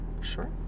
Sure